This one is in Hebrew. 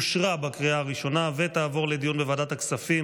לוועדת הכספים